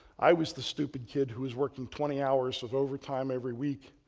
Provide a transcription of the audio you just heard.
i was the stupid kid who was working twenty hours of overtime every week,